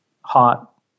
hot